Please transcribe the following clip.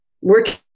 working